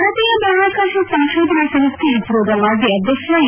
ಭಾರತೀಯ ಬಾಹ್ಕಾಕಾಶ ಸಂಶೋಧನಾ ಸಂಸ್ಕೆ ಇಸ್ತೋದ ಮಾಜಿ ಅಧ್ಯಕ್ಷ ಎ